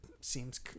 seems